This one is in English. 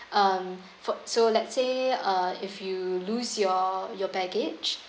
um for so let's say uh if you lose your your baggage